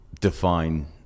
define